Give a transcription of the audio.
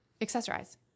Accessorize